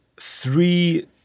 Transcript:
three